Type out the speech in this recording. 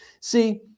See